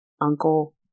Uncle